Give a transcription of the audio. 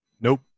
Nope